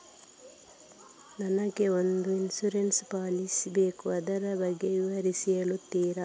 ನನಗೆ ಒಂದು insurance policy ಬೇಕು ಅದರ ಬಗ್ಗೆ ವಿವರಿಸಿ ಹೇಳುತ್ತೀರಾ?